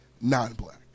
non-black